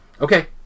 Okay